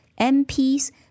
MPs